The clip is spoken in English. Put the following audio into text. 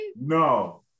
No